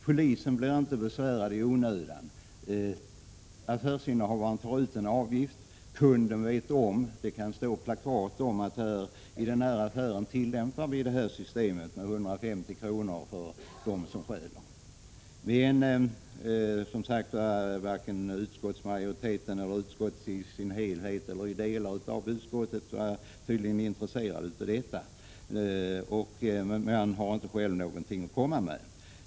Polisen behöver inte besväras i onödan. Affärsinnehavaren kan få ut avgift. Kunden är medveten om det. Det kan stå ett plakat i affären där det förklaras att i butiken tillämpas ett system som innebör att den som stjäl får betala t.ex. 150 kr. Varken utskottsmajoriteten, utskottet i sin helhet eller ens delar av utskottet är tydligen intresserade av detta. Men ingen har något annat att komma med.